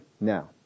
now